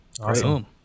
awesome